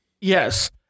Yes